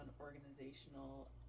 organizational